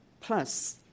plus